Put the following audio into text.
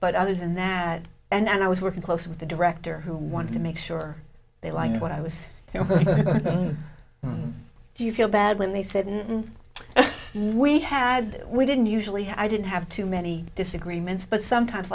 but other than that and i was working close with the director who wanted to make sure they liked what i was you know how do you feel bad when they said we had we didn't usually i didn't have too many disagreements but sometimes